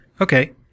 Okay